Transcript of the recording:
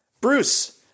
Bruce